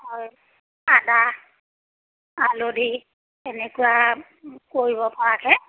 হয় আদা হালধি এনেকুৱা কৰিব পৰাকৈ